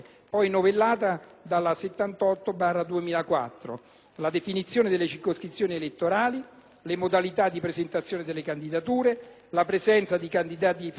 le modalità di presentazione delle candidature, la presenza di candidature femminili nelle liste, nonché la tutela di liste rappresentative di minoranze